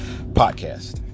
podcast